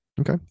Okay